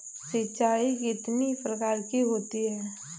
सिंचाई कितनी प्रकार की होती हैं?